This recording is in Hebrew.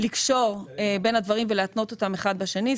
לקשור בין הדברים ולהתנות אותם אחד בשני.